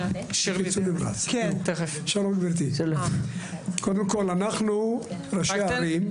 קודם כל אנחנו ראשי הערים.